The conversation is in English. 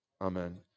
Amen